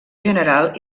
general